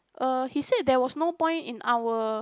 uh he said there was no point in our